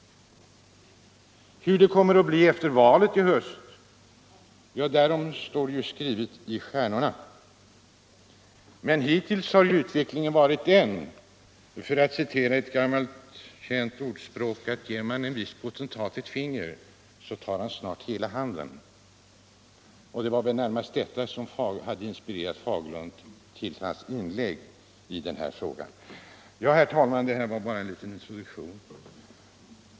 Hur det kommer att bli efter valet i höst — därom står skrivet i stjärnorna. Men hittills har utvecklingen varit den, för att travestera ett gammalt känt ordspråk. att ger man en viss potentat ett finger så tar han snart hela handen. Det var väl närmast detta som hade inspirerat herr Fagerlund till hans inlägg i den här frågan. Ja, herr talman. detta var bara en liten reflexion.